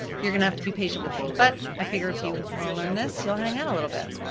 you're gonna have to be patient with me, but i figure if you want to learn this, you'll hang out a little bit.